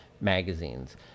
magazines